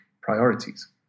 priorities